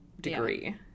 degree